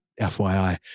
FYI